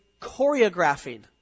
choreographing